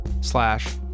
slash